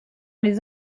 les